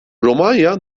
romanya